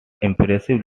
impressive